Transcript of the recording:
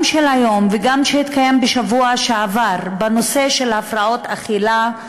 גם הדיון היום וגם הדיון שהתקיים בשבוע שעבר בנושא של הפרעות אכילה,